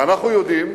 ואנחנו יודעים,